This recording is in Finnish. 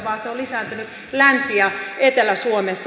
se on lisääntynyt länsi ja etelä suomessa